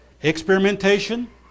experimentation